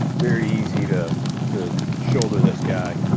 very easy to to shoulder this guy.